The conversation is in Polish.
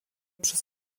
przez